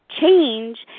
change